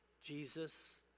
Jesus